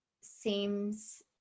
seems